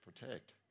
protect